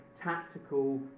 tactical